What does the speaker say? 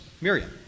Miriam